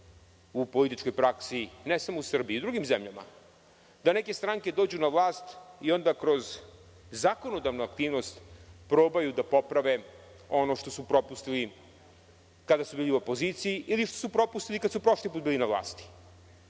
u političkoj praksi, ne samo u Srbiji, nego i u drugim zemljama, da neke stranke dođu na vlast i onda kroz zakonodavnu aktivnost probaju da poprave ono što su propustili kada su bili u opoziciji ili što su propustili kada su prošli put bili na vlasti.